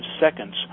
seconds